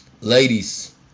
ladies